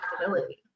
possibility